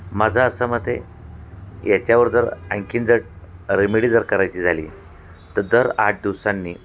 माझं असं मत आहे याच्यावर जर आणखीन जर रेमेडी जर करायची झाली तर दर आठ दिवसांनी